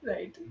Right